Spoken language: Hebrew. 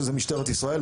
שזה משטרת ישראל,